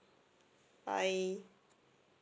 bye